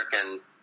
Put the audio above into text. American